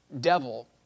devil